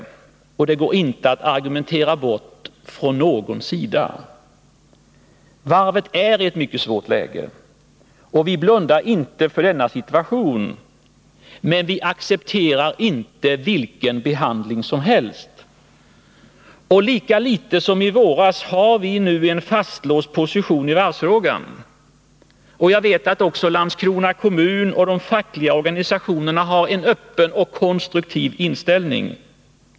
Det går inte att från någon sida argumentera bort att varvet är i ett mycket svårt läge. Vi blundar inte för denna situation. Men vi accepterar inte vilken behandling som helst. Lika litet som i våras har vi nu en fastlåst position i varvsfrågan. Jag vet att också Landskrona kommun och de fackliga organisationerna har en öppen och konstruktiv inställning.